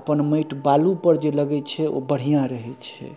अपन माटि बालुपर जे लगै छै ओ बढ़िआँ रहै छै